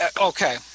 Okay